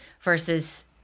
versus